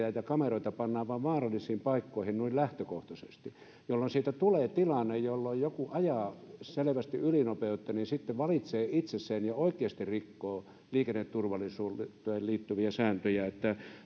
ja kameroita pannaan vain vaarallisiin paikkoihin noin lähtökohtaisesti jolloin siitä tulee tilanne että jos joku ajaa selvästi ylinopeutta niin sitten valitsee itse sen ja oikeasti rikkoo liikenneturvallisuuteen liittyviä sääntöjä